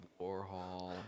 Warhol